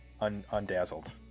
undazzled